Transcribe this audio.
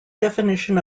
definition